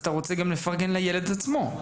אז אתה רוצה גם לפרגן לילד עצמו.